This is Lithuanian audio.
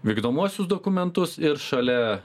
vykdomuosius dokumentus ir šalia